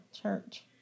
church